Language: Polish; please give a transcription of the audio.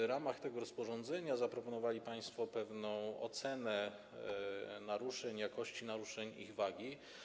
W ramach tego rozporządzenia zaproponowali państwo pewną ocenę naruszeń, jakości naruszeń, ich wagi.